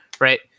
right